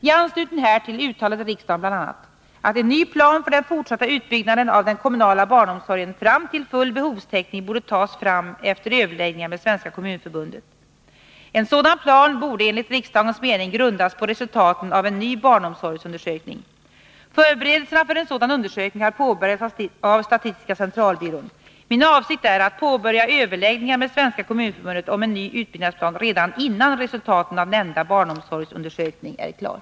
I anslutning härtill uttalade riksdagen bl.a. att en ny plan för den fortsatta utbyggnaden av den kommunala barnomsorgen fram till full behovstäckning borde tas fram efter överläggningar med Svenska kommunförbundet. En sådan plan borde enligt riksdagens mening grundas på resultaten av en ny barnomsorgsundersökning. Förberedelserna för en sådan undersökning har påbörjats av statistiska centralbyrån. Min avsikt är att påbörja överläggningar med Svenska kommunförbundet om en ny utbyggnadsplan redan innan resultaten av den nämnda barnomsorgsundersökningen är klar.